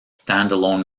standalone